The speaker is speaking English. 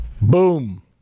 Boom